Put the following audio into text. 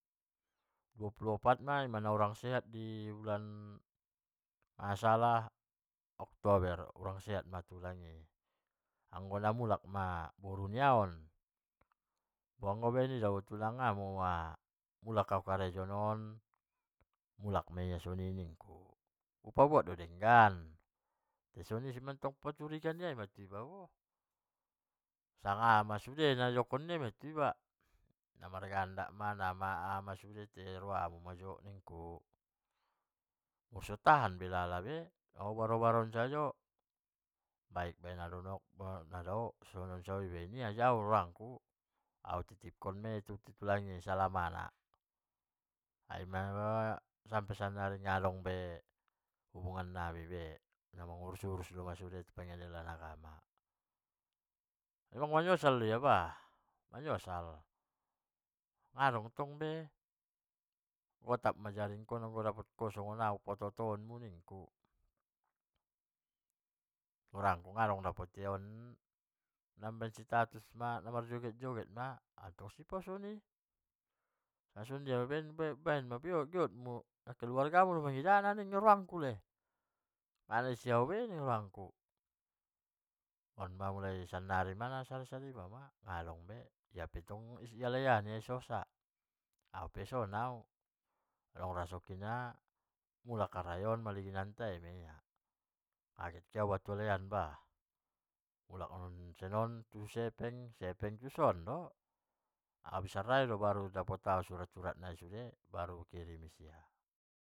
Dua pulu opat nai na hurang sehat ma tulang i, annggo na mulak ma boru nia on, anggo i napala i do napalai tulang mulak au karejo non mulak maia soni nikku, upaboa do denggan, bo soni parcuriga nia i ma tu iba bo, sanga aha ma sude nai dongkon nia ma namargandak ma naaha ma sude roa mu ma nikku, naso tahan be iba pabege-beg hobar on sajo, baen nadao rap donok sonon sajo baen ia tuau rakku, au titipkon ma ia tu tulang i selamana, sampe sannari nadong be hubungan nai be namangurus- urus oma tu pengadilan an. namanyosal o ia ba manyosal, nadong tong be gotap ma ulukku kon muda adong dapot ko songon au nabisa paoto-oto on mu nikku. nadong dapot ia on, mambaen status ma namarjoget-joget ma anga songon dia ma baen ma giot mu nakeluarga mu o mangidana nangku le, nang naisi au be sampe sannari nasada-sada ba omaa nadong be, tai tong sananri di huta ni hlai an ia i sosa, au pe ison au muda adong rasokina mulak au maligin dainang i, nai kehe au tu halai an bah. habis tu sepeng tu son do habis arrayo o abru dapot au surat-surat nai ba.